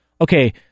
Okay